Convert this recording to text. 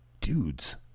dudes